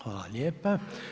Hvala lijepa.